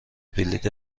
بلیط